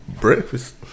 Breakfast